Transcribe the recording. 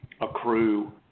accrue